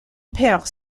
père